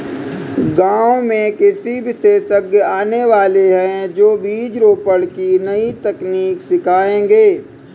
गांव में कृषि विशेषज्ञ आने वाले है, जो बीज रोपण की नई तकनीक सिखाएंगे